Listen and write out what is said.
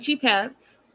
pants